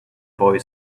boy